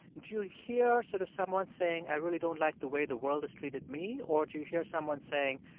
do you hear sort of someone saying, i really don't like the way the world has treated me? or do you hear someone saying,